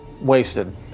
wasted